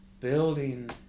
building